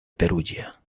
perugia